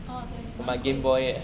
oh 对蛮贵的